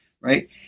right